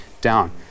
down